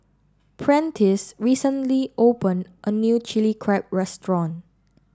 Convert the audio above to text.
Prentice recently opened a new Chilli Crab Restaurant